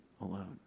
alone